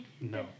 No